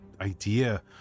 idea